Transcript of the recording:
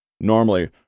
Normally